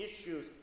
issues